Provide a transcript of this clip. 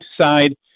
side